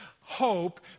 hope